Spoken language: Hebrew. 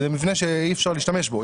זה מבנה שאי אפשר להשתמש בו.